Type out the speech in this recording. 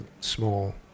small